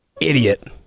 Idiot